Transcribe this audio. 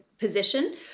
position